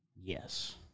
Yes